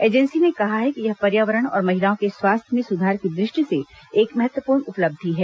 agency ने कहा कि यह पर्यावरण और महिलाओं के स्वास्थ्य में सुधार की दृष्टि से एक महत्वपूर्ण उपलब्धि है